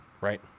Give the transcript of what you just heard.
right